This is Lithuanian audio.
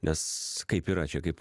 nes kaip yra čia kaip